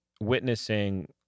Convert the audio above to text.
witnessing